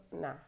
nah